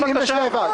בבקשה?